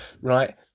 Right